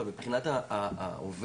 אבל מבחינת העובד